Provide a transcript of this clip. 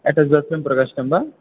attach bathroom प्रकोष्ठः वा